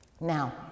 Now